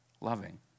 loving